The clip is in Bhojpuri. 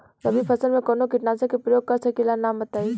रबी फसल में कवनो कीटनाशक के परयोग कर सकी ला नाम बताईं?